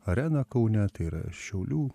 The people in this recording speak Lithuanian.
arena kaune tai yra šiaulių